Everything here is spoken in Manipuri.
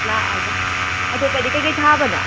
ꯂꯥꯛꯂꯒ ꯑꯇꯣꯞꯄꯗꯤ ꯀꯔꯤ ꯀꯔꯤ ꯊꯥꯕꯅꯣ